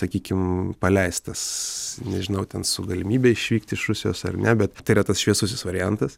sakykim paleistas nežinau ten su galimybe išvykti iš rusijos ar ne bet tai yra tas šviesusis variantas